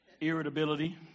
Irritability